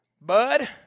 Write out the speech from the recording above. bud